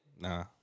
Nah